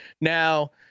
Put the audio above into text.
Now